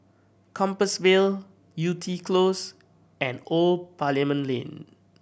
Compassvale Yew Tee Close and Old Parliament Lane